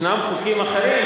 ישנם חוקים אחרים,